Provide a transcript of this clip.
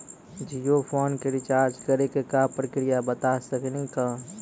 Jio phone के recharge करे के का प्रक्रिया बता साकिनी का?